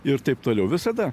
ir taip toliau visada